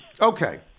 okay